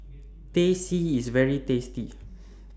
Teh C IS very tasty